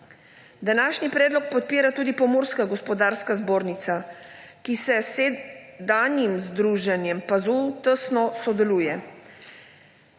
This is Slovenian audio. Današnji predlog podpira tudi Pomurska gospodarska zbornica, ki s sedanjim združenjem PAZU tesno sodeluje.